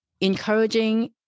encouraging